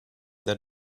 that